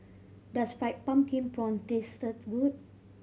does fried pumpkin prawn tastes good